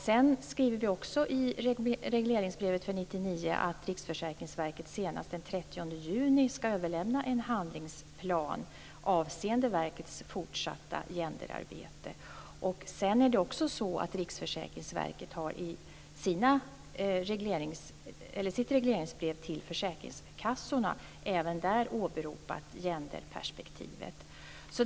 Vidare skriver vi i regleringsbrevet för 1999 att Riksförsäkringsverket senast den 30 juni skall överlämna en handlingsplan avseende verkets fortsatta gender-arbete. Riksförsäkringsverket har i sitt regleringsbrev till försäkringskassorna åberopat genderperspektivet.